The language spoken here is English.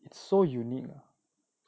it's so unique